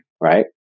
right